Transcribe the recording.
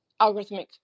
algorithmic